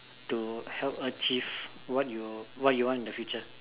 to help achieve what you what you want in the future